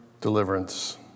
deliverance